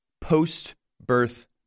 post-birth